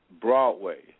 Broadway